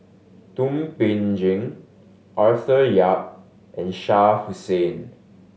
Thum Ping Tjin Arthur Yap and Shah Hussain